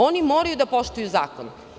Oni moraju da poštuju zakon.